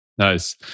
Nice